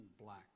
black